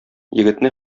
егетне